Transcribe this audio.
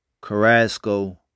Carrasco